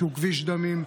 שהוא כביש דמים,